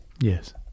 Yes